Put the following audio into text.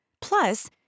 Plus